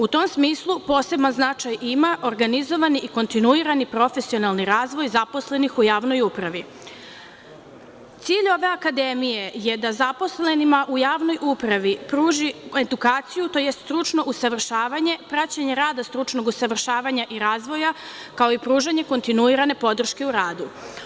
U tom smislu, poseban značaj ima organizovani i kontinuirani profesionalni razvoj zaposlenih u javnoj upravi, a cilj ove Akademije je da zaposlenima u javnoj upravi pruži edukaciju, odnosno stručno usavršavanje, praćenje rada stručnog usavršavanja i razvoja, kao i pružanja kontinuirane podrške u radu.